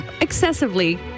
excessively